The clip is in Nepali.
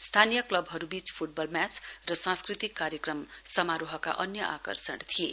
स्थानीय क्लवहरुबीच फुटबल म्याच र सांस्कृतिक कार्यक्रम समारोहका अन्य आकर्षण थिए